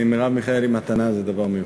ממרב מיכאלי מתנה זה דבר מיוחד.